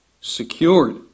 secured